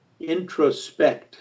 introspect